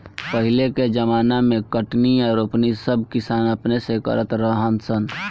पहिले के ज़माना मे कटनी आ रोपनी सब किसान अपने से करत रहा सन